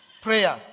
prayer